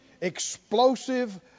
explosive